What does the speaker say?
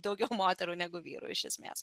daugiau moterų negu vyrų iš esmės